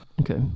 okay